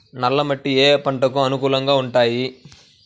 నల్ల మట్టి ఏ ఏ పంటలకు అనుకూలంగా ఉంటాయి?